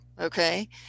okay